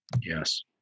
Yes